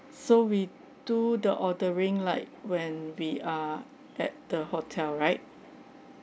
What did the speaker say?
so we to the ordering like when we are at the hotel right